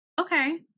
okay